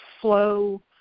flow